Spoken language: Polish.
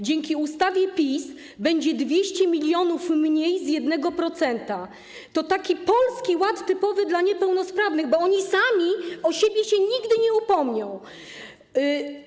Dzięki ustawie PiS będzie 200 mln mniej z 1%, to taki Polski Ład typowy dla niepełnosprawnych, bo oni sami o siebie się nigdy nie upomną.